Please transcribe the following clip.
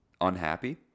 unhappy